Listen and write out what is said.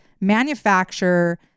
manufacture